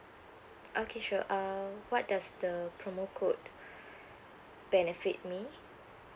okay sure uh what does the promo code benefit me